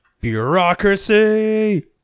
Bureaucracy